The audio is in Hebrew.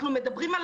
אנחנו מדברים על